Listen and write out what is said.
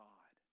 God